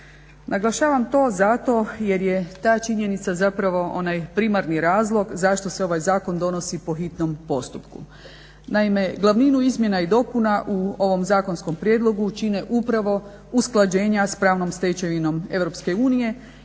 Naglašavam to zato jer je ta činjenica onaj primarni razlog zašto se ovaj zakon donosi po hitnom postupku. Naime, glavninu izmjena i dopuna u ovom zakonskom prijedlogu čine upravo usklađenja s pravnom stečevinom EU